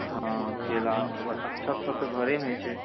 हँ केला ओकरबाद अक्षत सब तऽ घरेमे होइ छै